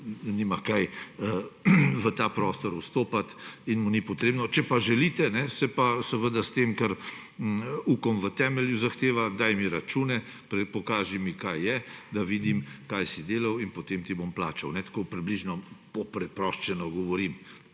nima kaj v ta prostor vstopati in mu ni treba. Če pa želite, sem pa seveda s tem, kar Ukom v temelju zahteva – daj mi račune, pokaži mi, kaj je, da vidim, kaj si delal, in potem ti bom plačal; tako približno, popreproščeno govorim,